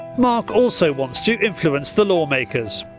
mark also wants to influence the law makers.